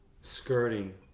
skirting